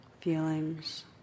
feelings